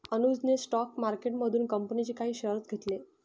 अनुजने स्टॉक मार्केटमधून कंपनीचे काही शेअर्स घेतले